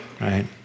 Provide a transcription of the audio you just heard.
right